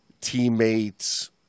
teammates